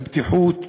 לבטיחות ילדים,